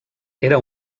era